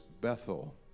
Bethel